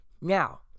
Now